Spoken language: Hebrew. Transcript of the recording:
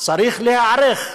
צריך להיערך.